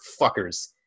fuckers